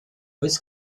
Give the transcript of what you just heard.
oes